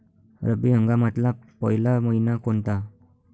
रब्बी हंगामातला पयला मइना कोनता?